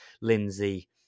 Lindsay